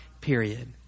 period